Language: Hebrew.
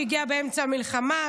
שהגיע באמצע המלחמה,